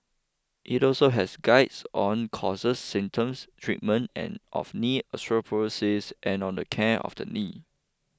it also has guides on causes symptoms treatment and of knee osteoarthritis and on the care of the knee